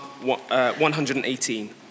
118